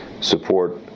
support